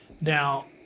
Now